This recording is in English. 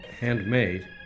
Handmade